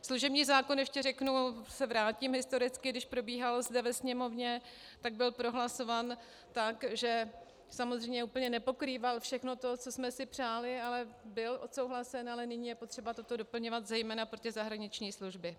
Služební zákon, ještě řeknu, historicky se vrátím, když probíhal zde ve Sněmovně, tak byl prohlasován tak, že samozřejmě úplně nepokrýval všechno to, co jsme si přáli, ale byl odsouhlasen, ale nyní je potřeba toto doplňovat, zejména pro ty zahraniční služby.